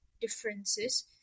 differences